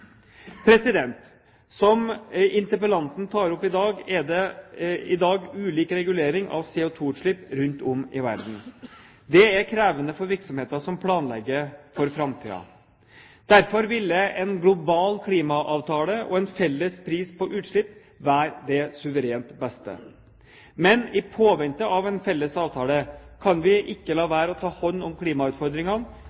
Som interpellanten tar opp, er det i dag ulik regulering av CO2-utslipp rundt om i verden. Det er krevende for virksomheter som planlegger for framtiden. Derfor ville en global klimaavtale og en felles pris på utslipp vært det suverent beste. Men i påvente av en felles avtale kan vi ikke la